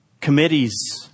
Committees